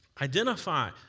Identify